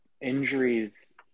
injuries